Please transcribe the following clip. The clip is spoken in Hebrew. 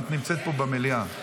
את נמצאת פה במליאה,